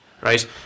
right